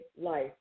life